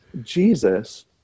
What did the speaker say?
Jesus